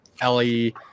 Ellie